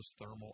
thermal